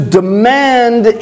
demand